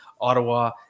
Ottawa